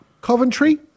Coventry